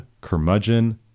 curmudgeon